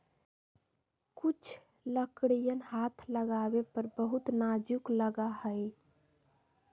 कुछ लकड़ियन हाथ लगावे पर बहुत नाजुक लगा हई